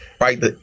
Right